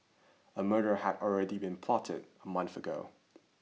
a murder had already been plotted a month ago